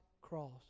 cross